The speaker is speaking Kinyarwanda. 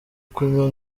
kunywa